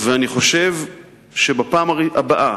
אני חושב שבפעם הבאה,